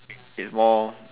it's more